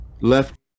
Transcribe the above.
Left